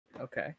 Okay